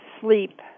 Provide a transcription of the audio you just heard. sleep